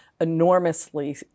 enormously